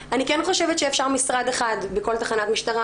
שאפשר משרד אחד בכל תחנת משטרה,